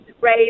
Ray